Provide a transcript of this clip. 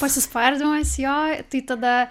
pasispardymas jo tai tada